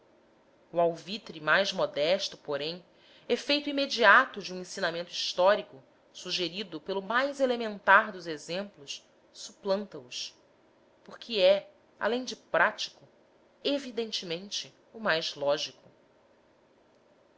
o alvitre mais modesto porém efeito imediato de um ensinamento histórico sugerido pelo mais elementar dos exemplos suplanta os porque é além de prático evidentemente o mais lógico